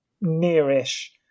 near-ish